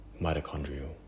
mitochondrial